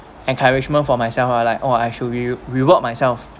encouragement for myself lah like oh I shall re~ reward myself